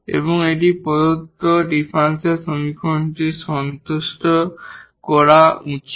এবং এটি প্রদত্ত ডিফারেনশিয়াল সমীকরণটি সন্তুষ্ট করা উচিত